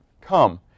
come